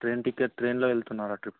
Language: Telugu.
ట్రైన్ టికెట్ ట్రైన్లో వెళుతున్నారా ట్రిప్కి